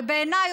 ובעיניי,